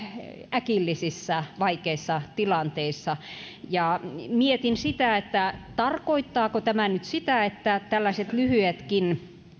äkillisissä vaikeissa tilanteissa ja mietin sitä tarkoittaako tämä nyt sitä että tällaiset lyhyetkin